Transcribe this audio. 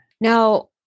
Now